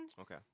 Okay